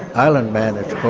island man it's called,